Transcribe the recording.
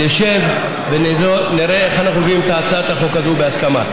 נשב ונראה איך אנחנו מביאים את הצעת החוק הזאת בהסכמה.